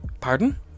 Pardon